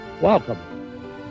welcome